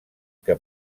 que